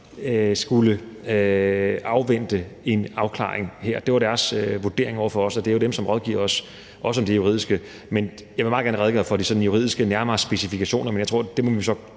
skulle afvente en afklaring her. Det var deres vurdering over for os, og det er jo dem, som rådgiver os, også om det juridiske. Jeg vil meget gerne redegøre for de nærmere juridiske specifikationer, men jeg tror, at vi så